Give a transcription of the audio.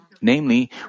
Namely